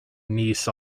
niece